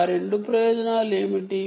ఆ 2 ప్రయోజనాలు ఏమిటి